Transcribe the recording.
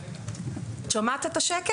את שומעת את השקט?